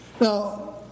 Now